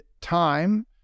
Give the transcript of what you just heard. time